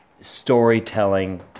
storytelling